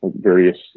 various